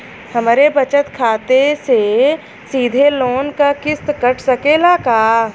हमरे बचत खाते से सीधे लोन क किस्त कट सकेला का?